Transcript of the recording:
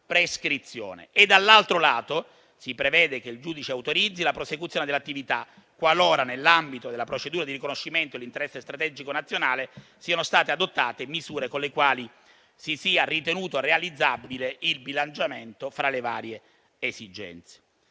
prescrizione, e dall'altro lato si prevede che il giudice autorizzi la prosecuzione dell'attività qualora nell'ambito della procedura di riconoscimento dell'interesse strategico nazionale siano state adottate misure con le quali si sia ritenuto realizzabile il bilanciamento fra le varie esigenze.